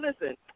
listen